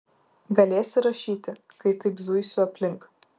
galėsi rašyti kai taip zuisiu aplink